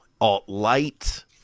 alt-light